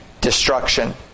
destruction